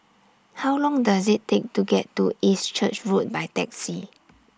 How Long Does IT Take to get to East Church Road By Taxi